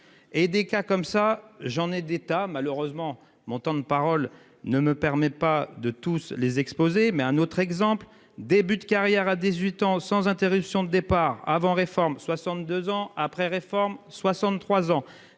Et des cas comme ça, j'en ai d'État malheureusement mon temps de parole ne me permet pas de tous les exposés mais un autre exemple, début de carrière à 18 ans sans interruption de départ avant réforme. 62 ans après réforme, 63 ans,